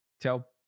tell